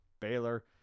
baylor